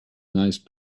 nice